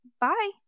Bye